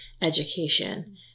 education